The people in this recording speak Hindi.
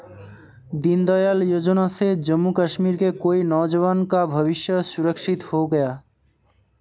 दीनदयाल योजना से जम्मू कश्मीर के कई नौजवान का भविष्य सुरक्षित हो गया